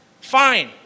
Fine